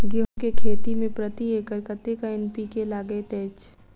गेंहूँ केँ खेती मे प्रति एकड़ कतेक एन.पी.के लागैत अछि?